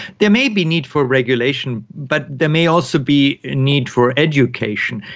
there may be need for regulation but there may also be need for education,